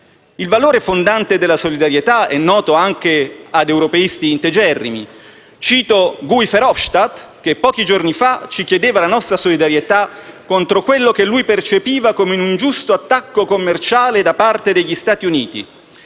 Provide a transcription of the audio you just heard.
Il valore fondante della solidarietà è noto anche a europeisti integerrimi. Cito Guy Verhofstadt, che pochi giorni fa ci chiedeva la nostra solidarietà contro quello che egli percepiva come un ingiusto attacco commerciale da parte degli Stati Uniti.